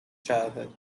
childhood